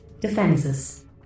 Defenses